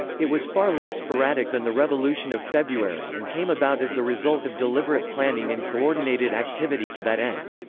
it was far less sporadic than the revolution of february and came about as the result of deliberate planning and coordinated activity to that end.